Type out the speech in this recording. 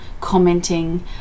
commenting